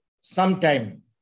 sometime